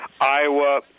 Iowa